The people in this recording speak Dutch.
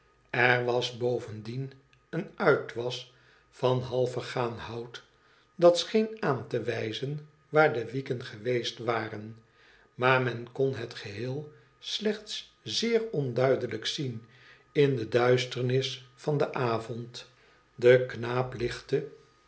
er was bovendien een uitwas van half vergaan hout dat scheen aan te wijzen waar de wieken geweest waren maar men kon het geheel slechts zeer onduidelijk zien in de duisternis van den avond de knaap lichtte